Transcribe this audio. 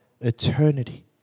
eternity